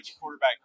quarterback